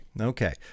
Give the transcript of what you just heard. okay